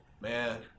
man